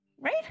Right